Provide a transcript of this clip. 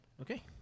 Okay